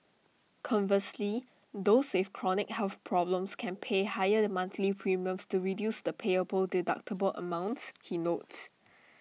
conversely those with chronic health problems can pay higher monthly premiums to reduce the payable deductible amounts he notes